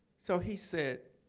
so he said,